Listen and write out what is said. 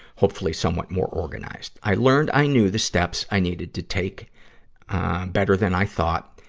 hopefully somewhat more organized. i learned i knew the steps i needed to take better than i thought,